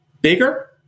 bigger